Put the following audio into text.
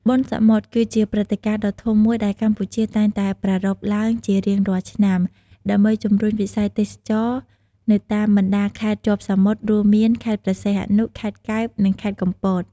បុណ្យសមុទ្រ គឺជាព្រឹត្តិការណ៍ដ៏ធំមួយដែលកម្ពុជាតែងតែប្រារព្ធឡើងជារៀងរាល់ឆ្នាំ ដើម្បីជំរុញវិស័យទេសចរណ៍នៅតាមបណ្ដាខេត្តជាប់សមុទ្រ រួមមាន៖ ខេត្តព្រះសីហនុ ខេត្តកែប និងខេត្តកំពត។